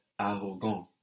arrogant